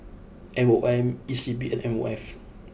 M O M E C P and M O F